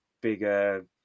bigger